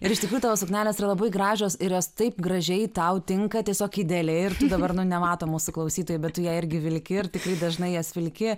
ir iš tikrųjų tavo suknelės yra labai gražios ir jos taip gražiai tau tinka tiesiog idealiai ir tu dabar nu nemato mūsų klausytojai bet tu ją irgi vilki ir tikrai dažnai jas vilki